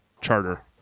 Charter